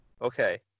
Okay